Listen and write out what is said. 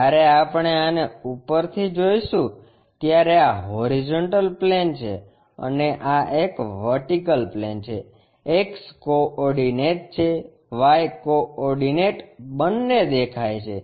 જ્યારે આપણે આને ઉપરથી જોઈશું ત્યારે આ હોરીઝોન્ટલ પ્લેન છે અને આ એક વર્ટિકલ પ્લેન છે X કોઓર્ડિનેટ છે Y કોઓર્ડિનેટ બંને દેખાય છે